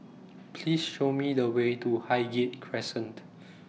Please Show Me The Way to Highgate Crescent